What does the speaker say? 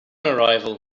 arrival